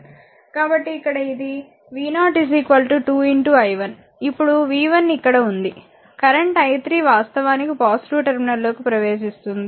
కాబట్టి ఇక్కడ ఇది v0 2 i 1 ఇప్పుడు v 1 ఇక్కడ ఉంది కరెంట్ i3 వాస్తవానికి పాజిటివ్ టెర్మినల్లోకి ప్రవేశిస్తుంది